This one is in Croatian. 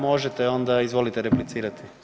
Možete onda izvolite replicirati.